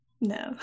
No